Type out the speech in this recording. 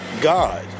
God